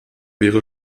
wäre